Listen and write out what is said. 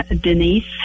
Denise